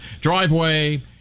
Driveway